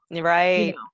right